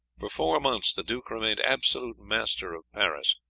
for four months the duke remained absolute master of paris,